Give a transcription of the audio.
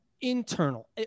internal